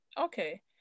Okay